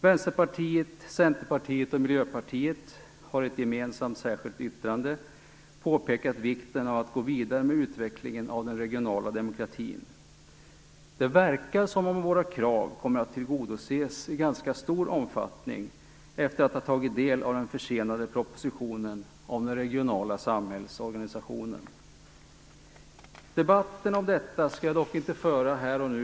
Vänsterpartiet, Centerpartiet och Miljöpartiet har i ett gemensamt särskilt yttrande påpekat vikten av att gå vidare med utvecklingen av den regionala demokratin. Vi tycker att det verkar som om våra krav kommer att tillgodoses i ganska stor omfattning efter det att vi har tagit del av den försenade propositionen om den regionala samhällsorganisationen. Debatten om detta skall jag dock inte föra här och nu.